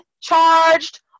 charged